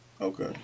Okay